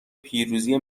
پیروزی